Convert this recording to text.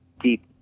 deep